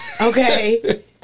Okay